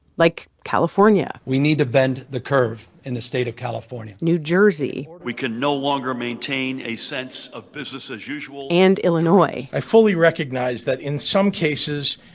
like california. we need to bend the curve in the state of california. new jersey. we can no longer maintain a sense of business as usual. and illinois i fully recognize that, in some cases,